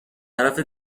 طرف